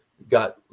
got